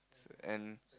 and